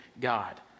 God